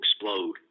explode